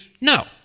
No